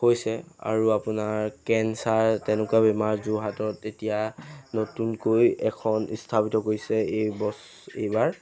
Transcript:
হৈছে আৰু আপোনাৰ কেন্সাৰ তেনেকুৱা বেমাৰ যোৰহাটত এতিয়া নতুনকৈ এখন স্থাপিত কৰিছে এই বছ এইবাৰ